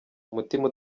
umutima